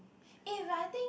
eh but I think